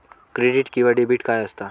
Credit आणि debit काय असता?